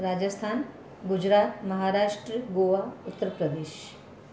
Rajasthan Gujarat Maharashtra Goa Uttar Pradesh